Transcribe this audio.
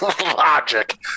Logic